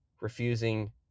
refusing